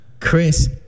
Chris